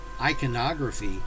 iconography